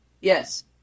Yes